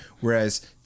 Whereas